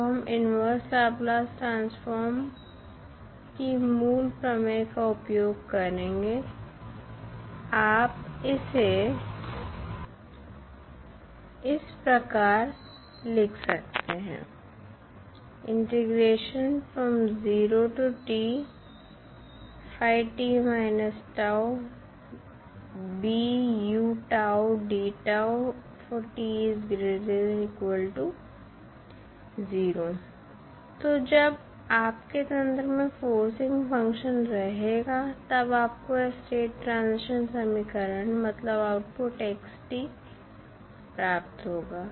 तो हम inverse Laplace transform की मूल प्रमेय का उपयोग करेंगे आप इसे इस प्रकार लिख सकते हैं तो जब आपके तंत्र में फोर्सिंग फंक्शन रहेगा तब आपको यह स्टेट ट्रांजिशन समीकरण मतलब आउटपुट प्राप्त होगा